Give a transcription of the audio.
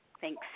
Thanks